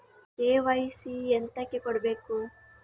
KYC ಎಂತಕೆ ಕೊಡ್ಬೇಕು?